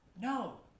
No